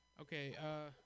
okay